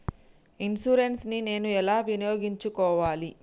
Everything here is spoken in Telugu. ఇన్సూరెన్సు ని నేను ఎలా వినియోగించుకోవాలి?